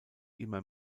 immer